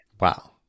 Wow